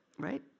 Right